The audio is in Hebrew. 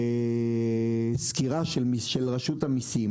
בסקירה של רשות המיסים